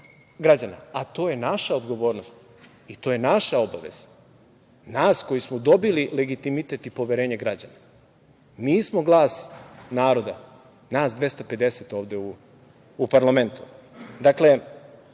građana, a to je naša odgovornost i to je naša obaveza, nas koji smo dobili legitimitet i poverenje građana. Mi smo glas naroda, nas 250 ovde u parlamentu. Dakle,